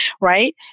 right